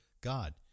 God